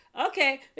Okay